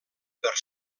per